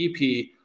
EP